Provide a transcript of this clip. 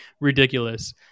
ridiculous